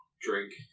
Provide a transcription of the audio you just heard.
drink